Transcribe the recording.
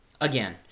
Again